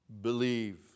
believe